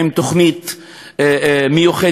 עם תוכנית מיוחדת,